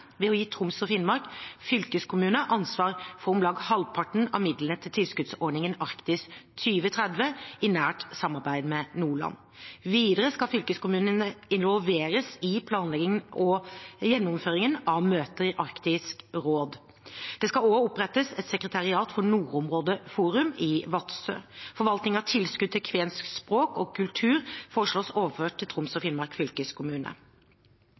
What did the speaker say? ved å gi Troms og Finnmark fylkeskommune ansvar for om lag halvparten av midlene i tilskuddsordningen Arktis 2030, i nært samarbeid med Nordland. Videre skal fylkeskommunene involveres i planleggingen og gjennomføringen av møter i Arktisk råd. Det skal også opprettes et sekretariat for Regionalt nordområdeforum i Vadsø. Forvaltning av tilskudd til kvensk språk og kultur foreslås overført til Troms og Finnmark fylkeskommune.